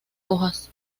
hojas